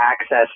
access